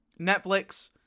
Netflix